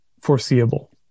foreseeable